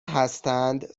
هستند